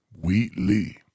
Wheatley